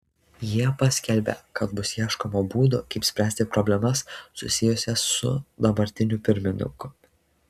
jie paskelbė kad bus ieškoma būdų kaip spręsti problemas susijusias su dabartiniu pirmininku